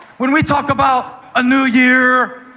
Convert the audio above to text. when we talk about a new year,